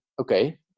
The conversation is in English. okay